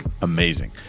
amazing